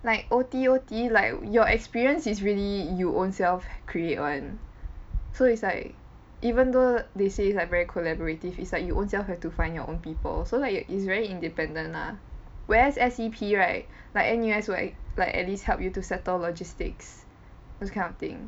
like O_T O_T like your experience is really you ownself create one so it's like even though they say it's like very collaborative is like you ownself have to find your own people so like ya it's very independent lah whereas S_E_P right like N_U_S will like like at least help you to settle logistics those kind of thing